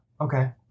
Okay